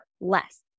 less